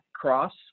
Cross